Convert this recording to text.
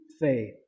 faith